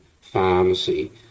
pharmacy